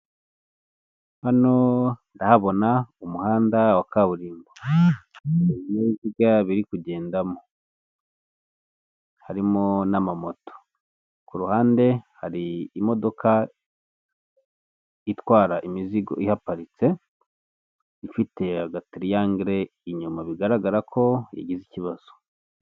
Hano ndahabona umuhanda wa ka burimbo biri harimo n' amamoto ku ruhande hari imodoka itwara imizigo ihaparitse ifite gata triangle inyuma bigaragara ko igize ikibazo.